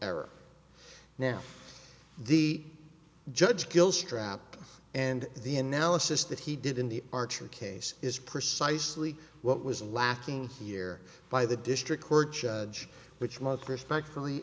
error now the judge kills trap and the analysis that he did in the archer case is precisely what was lacking here by the district court judge which must respectfully